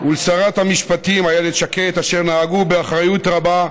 ולשרת המשפטים איילת שקד, אשר נהגו באחריות רבה,